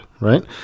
right